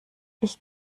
ich